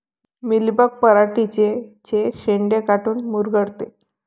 Mealybug पराटीचे चे शेंडे काऊन मुरगळते?